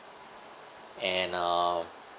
and uh